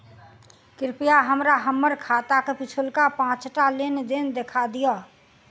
कृपया हमरा हम्मर खाताक पिछुलका पाँचटा लेन देन देखा दियऽ